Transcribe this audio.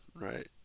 right